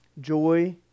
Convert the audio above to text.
joy